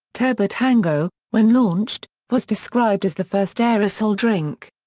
turbo tango, when launched, was described as the first aerosol drink.